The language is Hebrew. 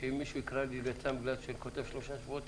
שאם מישהו יקרא לי ליצן בגלל שאני כותב שלושה שבועות,